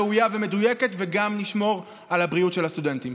ראויה ומדויקת וגם נשמור על הבריאות של הסטודנטים.